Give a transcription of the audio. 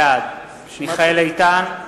בעד מיכאל איתן,